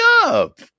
up